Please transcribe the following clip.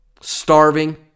starving